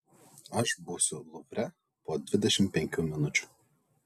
aš būsiu luvre po dvidešimt penkių minučių